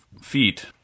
feet